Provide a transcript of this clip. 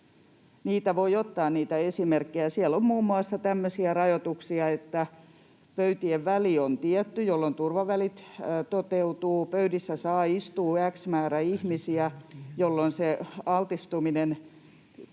voi ottaa: siellä on muun muassa tämmöisiä rajoituksia, että pöytien väli on tietty, jolloin turvavälit toteutuvat, pöydissä saa istua x määrä ihmisiä, jolloin se altistuminen